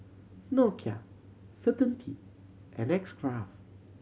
Nokia Certainty and X Craft